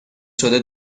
شده